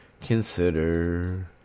consider